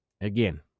again